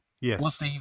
yes